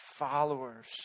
followers